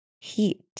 heat